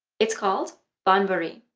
it's called banbury